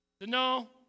No